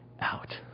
out